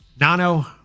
Nano